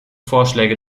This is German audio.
vorschläge